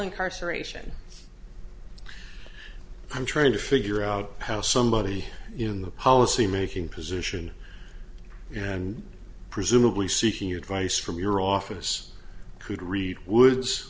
incarceration i'm trying to figure out how somebody in the policymaking position and presumably seeking advice from your office could read wo